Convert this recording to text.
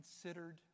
considered